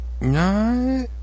No